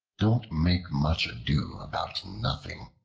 don't make much ado about nothing.